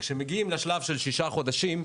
הם דיברו על שר הקליטה.